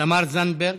תמר זנדברג,